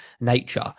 nature